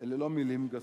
אלה לא מלים גסות.